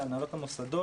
להנהלות המוסדות,